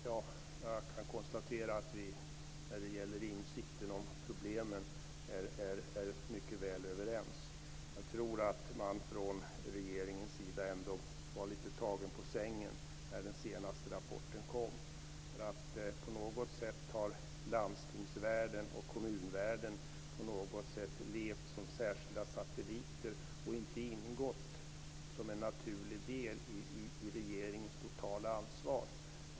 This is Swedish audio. Herr talman! Jag kan konstatera att vi är mycket väl överens när det gäller insikten om problemen. Jag tror att man från regeringens sida ändå var lite tagen på sängen när den senaste rapporten kom. Landstingen och kommunerna har på något sätt levt som särskilda satelliter och inte ingått som en naturlig del i regeringens totala ansvar.